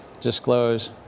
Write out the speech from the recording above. disclose